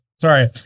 Sorry